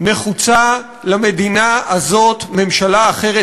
נחוצה למדינה הזאת ממשלה אחרת,